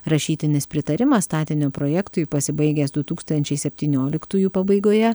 rašytinis pritarimas statinio projektui pasibaigęs du tūkstančiai septynioliktųjų pabaigoje